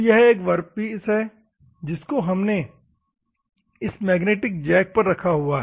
तो यह एक वर्कपीस है जिसको हमने मैग्नेटिक जैक पर रखा हुआ है